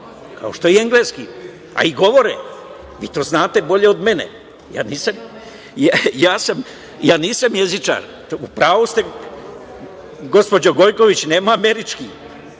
kao što je i engleski, a i govore. Vi to znate bolje od mene. Ja nisam jezičar. U pravu ste gospođo Gojković, nema američki.